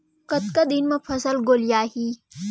कतका दिन म फसल गोलियाही?